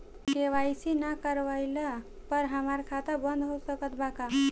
KYC ना करवाइला पर हमार खाता बंद हो सकत बा का?